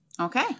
Okay